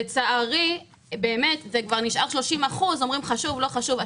לצערי, נשאר 30% אומרים חשוב, לא חשוב.